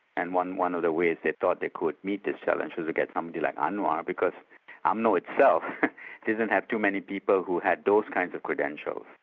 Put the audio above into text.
and one one of the ways they thought they could meet this challenge was to get um somebody like anwar, because ah umno itself didn't have too many people who had those kind of credentials.